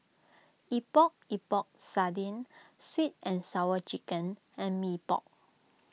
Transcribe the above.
Epok Epok Sardin Sweet and Sour Chicken and Mee Pok